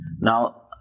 Now